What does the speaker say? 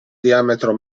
diametro